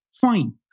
Fine